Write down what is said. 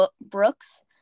Brooks